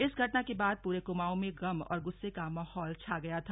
इस घटना के बाद पूरे कुमाऊं में गम और गुस्से का माहौल छा गया था